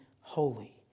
holy